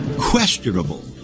questionable